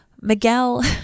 Miguel